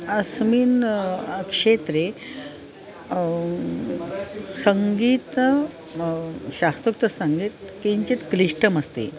अस्मिन् क्षेत्रे सङ्गीतं शास्त्रोक्तसङ्गीतं किञ्चित् क्लिष्टमस्ति